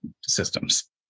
Systems